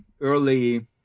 early